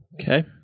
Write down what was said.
Okay